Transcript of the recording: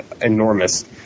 enormous